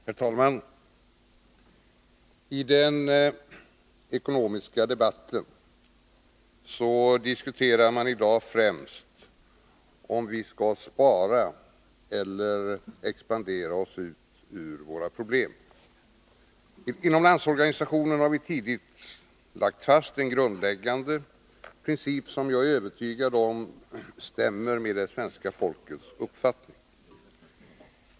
Herr talman! I den ekonomiska debatten diskuterar man i dag främst om vi skall spara eller expandera oss ur våra problem. Inom landsorganisationen har vi tidigt slagit fast en grundläggande princip, som jag är övertygad om stämmer med svenska folkets uppfattning.